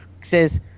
says